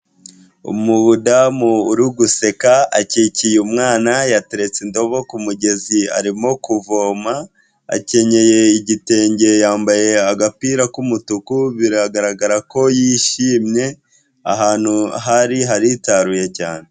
Umudamu uriguseka akikiye umwana yateretse indobo ku mugezi arimo kuvoma, akenyeye igitenge yambaye agapira k'umutuku biragaragara ko yishimye, ahantu hari harihitaruye cyane.